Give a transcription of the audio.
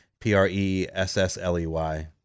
P-R-E-S-S-L-E-Y